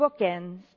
bookends